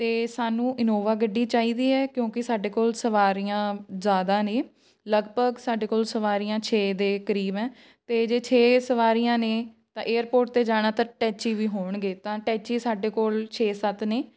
ਅਤੇ ਸਾਨੂੰ ਇਨੋਵਾ ਗੱਡੀ ਚਾਹੀਦੀ ਹੈ ਕਿਉਂਕਿ ਸਾਡੇ ਕੋਲ ਸਵਾਰੀਆਂ ਜ਼ਿਆਦਾ ਨੇ ਲਗਭਗ ਸਾਡੇ ਕੋਲ ਸਵਾਰੀਆਂ ਛੇ ਦੇ ਕਰੀਬ ਹੈ ਅਤੇ ਜੇ ਛੇ ਸਵਾਰੀਆਂ ਨੇ ਤਾਂ ਏਅਰਪੋਰਟ 'ਤੇ ਜਾਣਾ ਤਾਂ ਟੈਚੀ ਵੀ ਹੋਣਗੇ ਤਾਂ ਟੈਚੀ ਸਾਡੇ ਕੋਲ ਛੇ ਸੱਤ ਨੇ